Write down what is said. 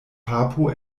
papo